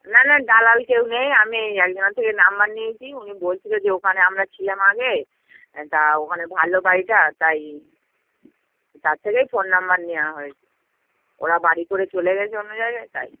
না না দালাল কেউ নেই আমি এই একজনের থেকে নাম্বার নিয়েছি উনি বলছিল যে ওখানে আমরা ছিলাম আগে তা ওখানে ভালো বাড়িটা তাই তার থেকেই ফোন নাম্বার নেওয়া হয়েছে ওরা বাড়ি করে চলে গিয়েছে অন্য জায়গায় তাই